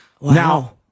Now